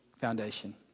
Foundation